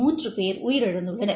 மூன்று பேர் உயிரிழந்துள்ளனர்